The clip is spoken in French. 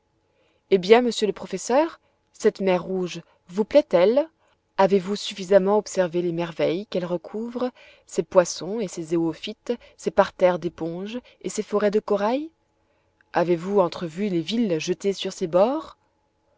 eh bien monsieur le professeur cette mer rouge vous plaît elle avez-vous suffisamment observé les merveilles qu'elle recouvre ses poissons et ses zoophytes ses parterres d'éponges et ses forêts de corail avez-vous entrevu les villes jetées sur ses bords